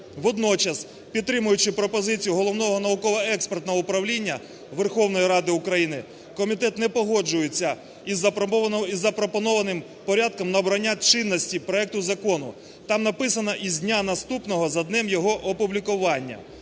Водночас, підтримуючи пропозицію Головного науково-експертного управління Верховної Ради України, комітет не погоджується із запропонованим порядком набрання чинності проекту закону. Там написано "із дня наступного за днем його опублікування".